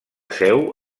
seu